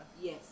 Yes